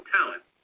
Talent